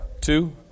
Two